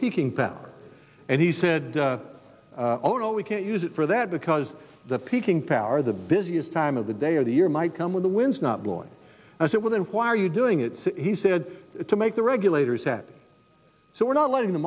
peaking power and he said oh no we can't use it for that because the peaking power the busiest time of the day or the year might come when the wind's not blowing as it were then why are you doing it he said to make the regulators said so we're not letting the